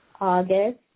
August